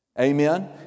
Amen